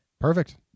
Perfect